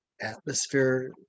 atmosphere